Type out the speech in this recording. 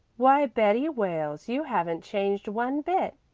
why, betty wales, you haven't changed one bit,